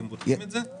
אתם בודקים את זה?